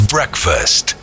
Breakfast